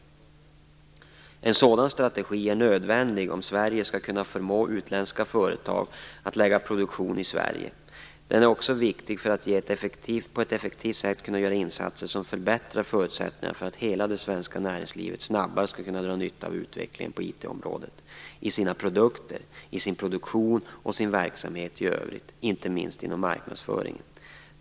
En sådan strategi är nödvändig om Sverige skall kunna förmå utländska företag att lägga produktion i Sverige. Den är också viktig för att på ett effektivt sätt kunna göra insatser som förbättrar förutsättningarna för att hela det svenska näringslivet snabbare skall kunna dra nytta av utvecklingen på IT-området - i sina produkter, i sin produktion och i sin verksamhet i övrigt, inte minst inom marknadsföringen.